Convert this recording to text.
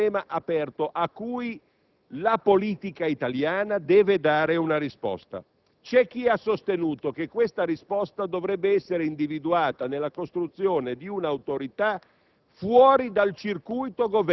Questo è un problema aperto al quale la politica italiana deve dare una risposta. C'è chi ha sostenuto che questa risposta dovrebbe essere individuata nella costruzione di un'autorità